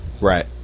Right